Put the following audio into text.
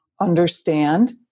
understand